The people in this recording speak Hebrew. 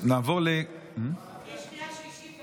יש גם קריאה שלישית.